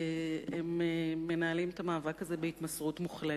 הם מנהלים את המאבק הזה בהתמסרות מוחלטת,